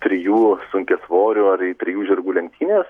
trijų sunkiasvorių ar į trijų žirgų lenktynes